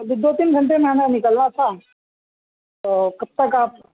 جی دو تین گھنٹے میں ہمیں نکلنا تھا تو کب تک آپ